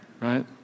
Right